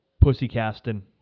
pussy-casting